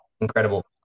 incredible